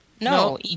No